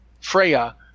Freya